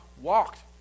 walked